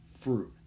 fruit